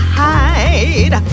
hide